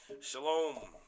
Shalom